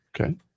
Okay